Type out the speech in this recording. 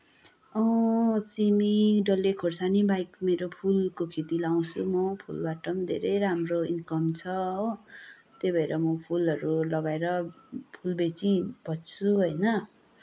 सिमी डल्ले खुर्सानी बाहेक मेरो फुलको खेती लाउछु म फुलबाट पनि धेरै राम्रो इनकम छ हो त्यही भएर म फुलहरू लगाएर फुल बेची बस्छु होइन